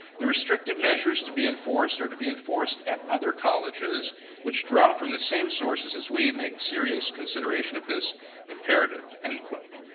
the restrictive measures to be enforced or to be enforced at other colleges which draw from the same sources as we make serious consideration of this imperative. end quote.